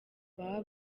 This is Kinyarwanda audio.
baba